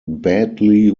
badly